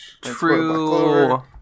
True